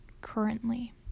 currently